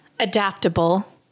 adaptable